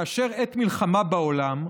כאשר עת מלחמה בעולם,